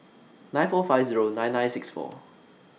nine four five Zero nine nine six four